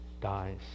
dies